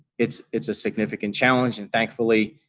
it's it's a significant challenge. and thankfully,